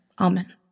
Amen